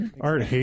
Art